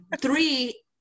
Three